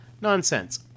Nonsense